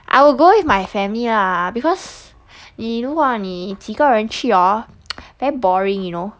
I will go with my family ah because 你如果你跟其他人去 orh very boring you know